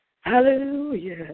Hallelujah